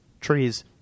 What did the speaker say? trees